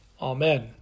amen